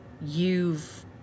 You've